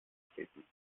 treten